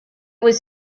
was